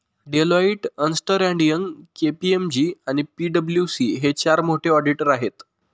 Deloitte, अस्न्टर and Young, KPMG आणि पी.डब्ल्यू.सी हे चार मोठे ऑडिटर आहेत